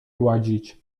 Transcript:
gładzić